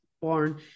born